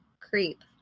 Creep